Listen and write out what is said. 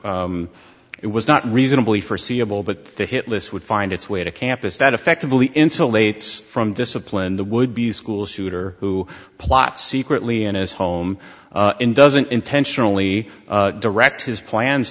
it was not reasonably foreseeable but the hitless would find its way to campus that effectively insulates from discipline the would be school shooter who plot secretly in his home in doesn't intentionally direct his plans